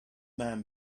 man